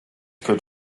could